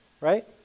right